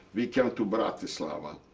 we came to bratislava.